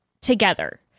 together